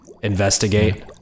investigate